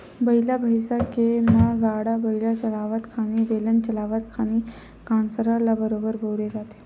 बइला भइसा के म गाड़ा बइला चलावत खानी, बेलन चलावत खानी कांसरा ल बरोबर बउरे जाथे